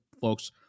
folks